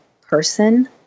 person